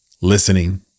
listening